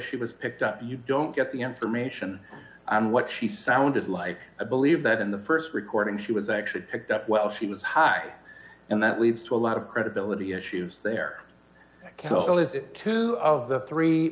she was picked up you don't get the information on what she sounded like i believe that in the st recording she was actually picked up while she was hack and that leads to a lot of credibility issues there so is it two of the three